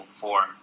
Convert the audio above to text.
form